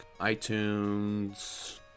iTunes